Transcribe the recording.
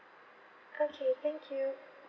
okay thank you